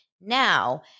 Now